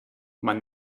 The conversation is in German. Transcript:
man